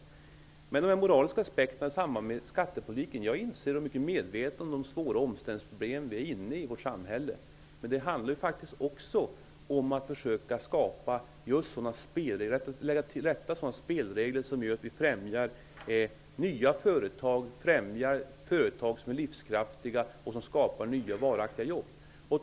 Beträffande de moraliska aspekterna i samband med skattepolitiken inser jag och är jag mycket medveten om de svåra omställningsproblem som vårt samhälle är inne i. Men det handlar faktiskt också om att försöka lägga till rätta sådana spelregler som gör att vi främjar nya företag, främjar företag som är livskraftiga och som skapar nya och varaktiga jobb.